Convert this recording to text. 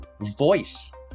voice